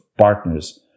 partners